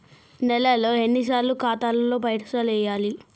నెలలో ఎన్నిసార్లు ఖాతాల పైసలు వెయ్యాలి?